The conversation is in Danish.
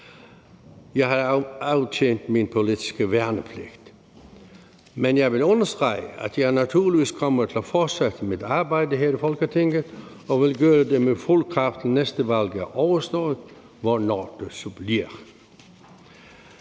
Jeg har aftjent min politiske værnepligt. Men jeg vil understrege, at jeg naturligvis kommer til at fortsætte mit arbejde her i Folketinget og vil gøre det med fuld kraft, til næste valg er overstået, hvornår det så bliver.